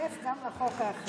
להצטרף גם לחוק האחר.